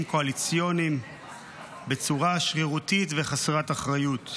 קואליציוניים בצורה שרירותית וחסרת אחריות.